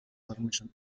formation